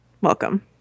welcome